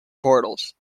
portals